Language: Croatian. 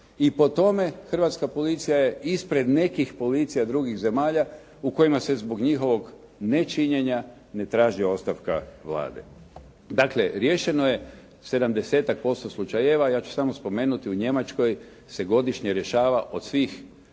i po tome hrvatska policija je ispred nekih policija drugih zemalja u kojima se zbog njihovog nečinjenja ne traži ostavka Vlade. Dakle, riješeno je sedamdesetak posto slučajeva. Ja ću samo spomenuti u Njemačkoj se godišnje rješava od svih